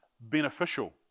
beneficial